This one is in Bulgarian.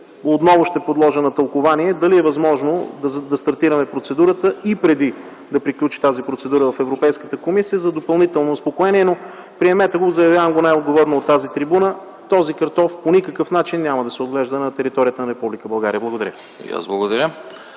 отново ще подложа на тълкувание дали е възможно да стартираме процедурата и преди да приключи тази процедура в Европейската комисия за допълнително успокоение. Приемете го, заявявам го най-отговорно от тази трибуна, този картоф по никакъв начин няма да се отглежда на територията на Република България. Благодаря.